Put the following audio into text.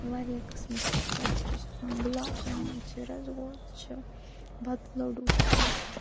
واریاہ قسمٕچ پیسٹری چھِ آسان گُلاب جامُن چھُ رَسگولہٕ چھِ بَتہٕ لڈو چھِ